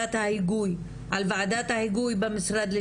המתווה או על ההנחיות שאתם נתתם למשרדים,